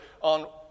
on